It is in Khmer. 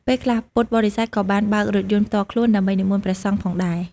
ពេលខ្លះពុទ្ធបរិស័ទក៏បានបើករថយន្តផ្ទាល់ខ្លួន ដើម្បីនិមន្តព្រះសង្ឃផងដែរ។